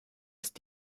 ist